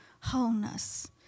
Wholeness